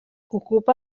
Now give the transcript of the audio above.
ocupa